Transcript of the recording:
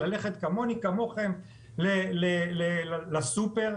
ללכת כמוני-כמוכם לסופר,